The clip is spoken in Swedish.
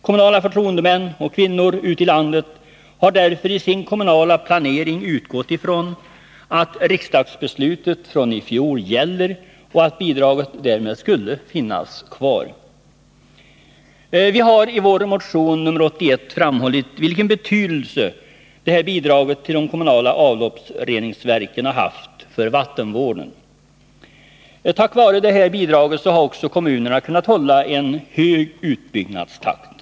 Kommunala förtroendemän och förtroendekvinnor ute i landet har därför i sin kommunala planering utgått från att riksdagsbeslutet från i fjol gäller och att bidraget således skulle finnas Nr 45 kvar. Onsdagen den Vi framhåller i vår motion nr 81 vilken betydelse bidraget till de 10 december 1980 kommunala avloppsreningsverken har haft för vattenvården. Tack vare det här bidraget har också kommunerna kunnat hålla en hög utbyggnadstakt.